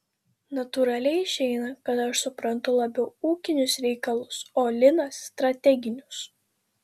natūraliai išeina kad aš suprantu labiau ūkinius reikalus o linas strateginius